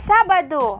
Sabado